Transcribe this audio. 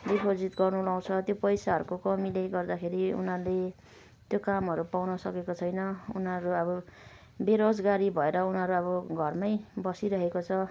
deposit गर्नु लाउछ त्यो पैसाहरूको कमीले गर्दाखेरि उनीहरूले त्यो कामहरू पाउन सकेको छैन उनीहरू अब बेरोजगारी भएर अब उनीहरू अब घरमै बसिरहेको छ